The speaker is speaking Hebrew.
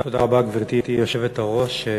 גברתי היושבת-ראש,